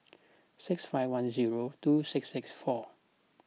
six five one zero two six six four